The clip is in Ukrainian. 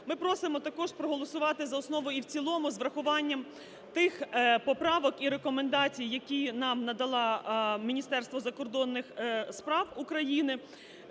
Ми просимо також проголосувати за основу і в цілому з врахуванням тих поправок і рекомендацій, які нам надало Міністерство закордонних справ України.